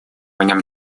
нем